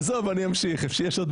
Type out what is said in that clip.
עזוב, אני אמשיך, יש עוד.